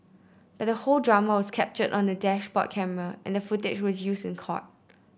but the whole drama was captured on a dashboard camera and the footage was used in court